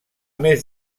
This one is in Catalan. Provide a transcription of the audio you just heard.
més